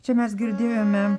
čia mes girdėjome